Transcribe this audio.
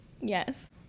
Yes